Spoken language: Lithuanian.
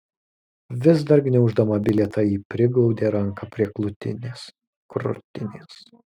vis dar gniauždama bilietą ji priglaudė ranką prie krūtinės